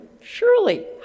Surely